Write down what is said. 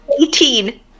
Eighteen